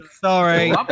sorry